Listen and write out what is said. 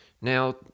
Now